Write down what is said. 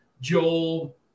Joel